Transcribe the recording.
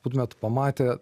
būtumėt pamatę